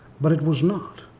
but it was not,